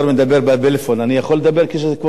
אני יכול לדבר כשכבוד השר מדבר בפלאפון?